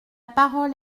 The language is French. parole